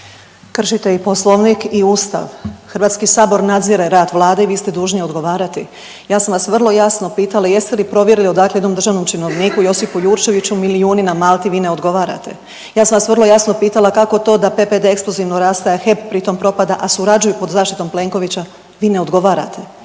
Kršite i poslovnik i ustav, HS nadzire rad Vlade i vi ste dužni odgovarati. Ja sam vas vrlo jasno pitala jeste li provjerili odakle jednom državnom činovniku Josipu Jurčeviću milijuni na Malti, vi ne odgovarate. Ja sam vas vrlo jasno pitala kako to da PPD eksplozivno raste, a HEP pritom propada, a surađuju pod zaštitom Plenkovića, vi ne odgovarate,